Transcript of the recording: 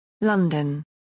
London